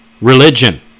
religion